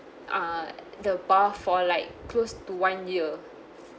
uh the bath for like close to one year